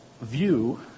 view